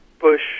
Bush